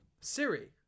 Siri